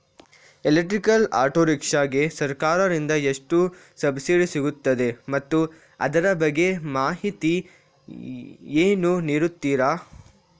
Electrical auto rickshaw ಗೆ ಸರ್ಕಾರ ದಿಂದ ಎಷ್ಟು ಸಬ್ಸಿಡಿ ಸಿಗುತ್ತದೆ ಮತ್ತು ಅದರ ಬಗ್ಗೆ ಮಾಹಿತಿ ಯನ್ನು ನೀಡುತೀರಾ?